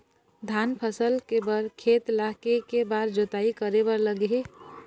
धान फसल के बर खेत ला के के बार जोताई करे बर लगही?